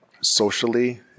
socially